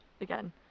again